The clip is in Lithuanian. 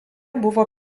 buvo